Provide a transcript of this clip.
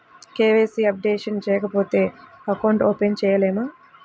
KYC updation చేయకపోతే account open చేయలేమా?